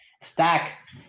stack